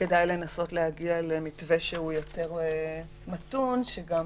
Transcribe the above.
כדאי לנסות להגיע למתווה יותר מתון, שגם